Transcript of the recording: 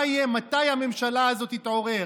מתי הממשלה הזאת תתעורר?